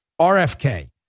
RFK